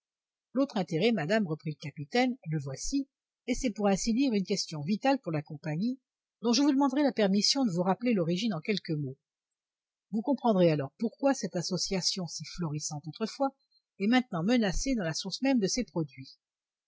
l'autre intérêt madame reprit le capitaine le voici et c'est pour ainsi dire une question vitale pour la compagnie dont je vous demanderai la permission de vous rappeler l'origine en quelques mots vous comprendrez alors pourquoi cette association si florissante autrefois est maintenant menacée dans la source même de ses produits